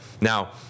Now